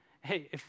Hey